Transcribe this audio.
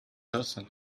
person